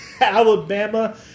Alabama